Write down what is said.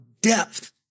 depth